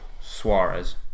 Suarez